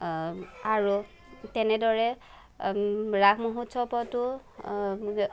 আৰু তেনেদৰে ৰাস মহোৎসৱতো